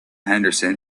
henderson